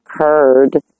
occurred